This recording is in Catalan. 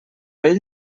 ell